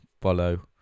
follow